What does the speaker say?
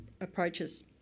approaches